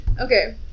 Okay